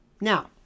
Now